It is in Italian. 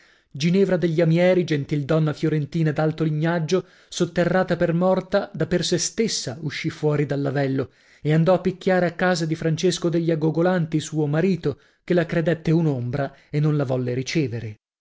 ginevra degli amieri gentildonna fiorentina d'alto lignaggio sotterrata per morta da per sè stessa uscì fuori dall'avello e andò a picchiare a casa di francesco degli agogolanti suo marito che la credette un'ombra e non la volle ricevere